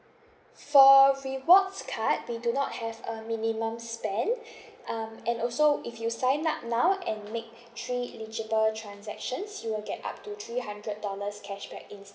for rewards card we do not have a minimum spend um and also if you sign up now and make three eligible transactions you'll get up to three hundred dollars cashback instantly